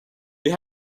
they